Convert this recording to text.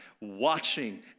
watching